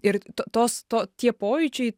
ir to tos to tie pojūčiai